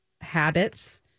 habits